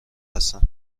هستند